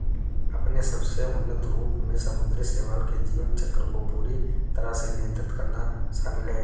अपने सबसे उन्नत रूप में समुद्री शैवाल के जीवन चक्र को पूरी तरह से नियंत्रित करना शामिल है